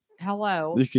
hello